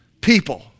People